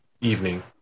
evening